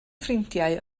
ffrindiau